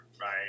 right